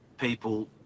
people